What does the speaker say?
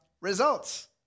results